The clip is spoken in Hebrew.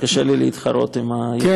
קשה לי להתחרות עם היכולת,